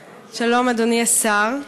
שלום, אדוני השר,